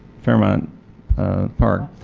fairmont park.